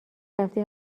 رفتی